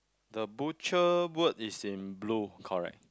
the butcher boot is in blue correct